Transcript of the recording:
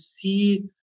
see